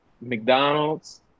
McDonald's